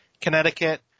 Connecticut